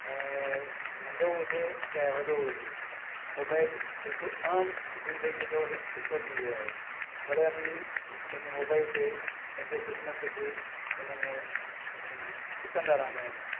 ऐं नंढो हुजे चाहे वॾो हुजे मोबाइल हिकु आम ज़िंदगीअ जो हि हिस्सो थी वियो आहे वॾा बि पंहिंजे मोबाइल ते पंहिंजो कुझु ना कुझु उनमें ॾिसंदा रहंदा आहिनि